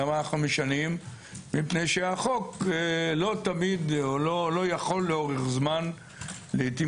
כי החוק לא יכול לאורך זמן לעיתים